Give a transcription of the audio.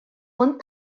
one